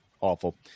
awful